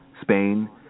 Spain